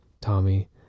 Tommy